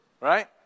Right